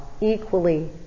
equally